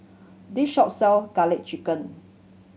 this shop sell Garlic Chicken